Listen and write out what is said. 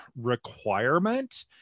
requirement